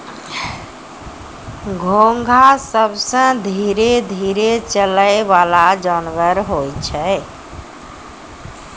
घोंघा सबसें धीरे चलै वला जानवर होय छै